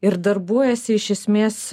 ir darbuojasi iš esmės